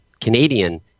Canadian